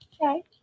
Okay